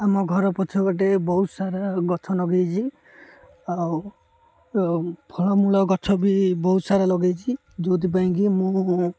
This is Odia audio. ଆମ ଘର ପଛ ପଟେ ବହୁତ ସାରା ଗଛ ଲଗେଇଛି ଆଉ ଫଳମୂଳ ଗଛ ବି ବହୁତ ସାରା ଲଗେଇଛି ଯୋଉଥିପାଇଁକି ମୁଁ